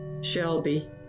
Shelby